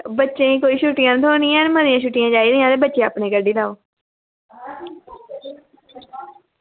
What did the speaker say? बच्चें ई कोई छुट्टियां निं थ्होनियां न ते छुट्टियां लैनियां न ते बच्चें गी अपने ई लेई जाओ